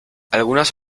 algunas